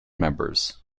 members